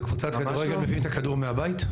בקבוצת כדורגל מביאים את הכדור מהבית?